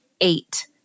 eight